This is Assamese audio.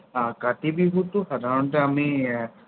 কাতি বিহুটো সাধাৰণতে আমি